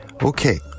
Okay